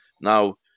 Now